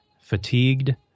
fatigued